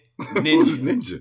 Ninja